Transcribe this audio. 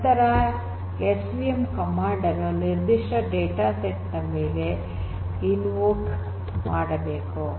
ನಂತರ SVM command ಅನ್ನು ನಿರ್ಧಿಷ್ಟ ಡೇಟಾಸೆಟ್ ಮೇಲೆ ಇಂವೋಕ್ ಮಾಡಬೇಕು